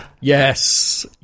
Yes